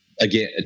again